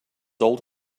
old